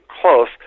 close